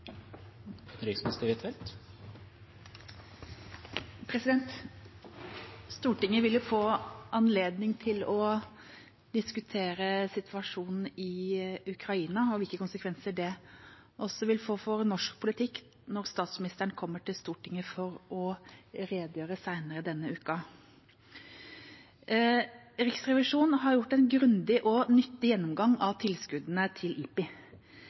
Stortinget vil få anledning til å diskutere situasjonen i Ukraina og hvilke konsekvenser det vil få for norsk politikk, når statsministeren kommer til Stortinget for å redegjøre senere denne uka. Riksrevisjonen har gjort en grundig og nyttig gjennomgang av tilskuddene til IPI.